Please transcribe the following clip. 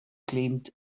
gleamed